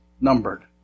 numbered